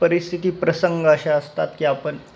परिस्थिती प्रसंग असे असतात की आपण